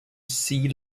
sea